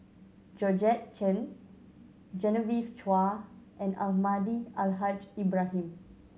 Georgette Chen Genevieve Chua and Almahdi Al Haj Ibrahim